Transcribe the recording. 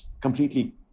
completely